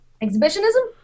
Exhibitionism